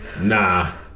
nah